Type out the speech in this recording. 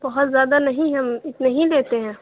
بہت زیادہ نہیں ہیں ہم اتنے ہی لیتے ہیں